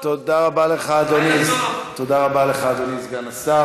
אדוני סגן השר.